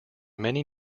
many